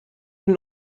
den